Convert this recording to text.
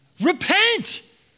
repent